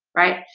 right,